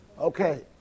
Okay